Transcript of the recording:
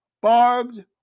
barbed